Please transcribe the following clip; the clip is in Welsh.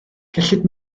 gellid